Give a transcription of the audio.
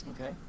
Okay